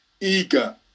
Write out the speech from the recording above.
eager